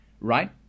Right